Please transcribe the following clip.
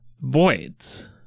Voids